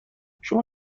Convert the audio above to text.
شما